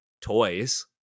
toys